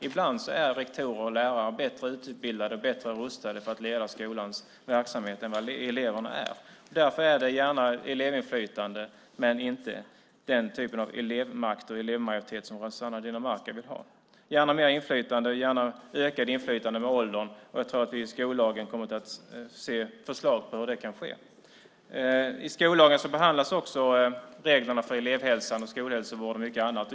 Ibland är rektorer och lärare bättre utbildade och bättre rustade för att leda skolans verksamhet än vad eleverna är. Därför ser vi gärna elevinflytande men inte den typ av elevmakt och elevmajoritet som Rossana Dinamarca vill ha. Vi vill gärna ha mer inflytande och ökat inflytande med åldern. Jag tror att vi kommer att få se förslag i skollagen på hur det kan ske. I skollagen behandlas också reglerna för elevhälsan, skolhälsovården och mycket annat.